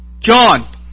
John